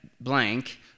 blank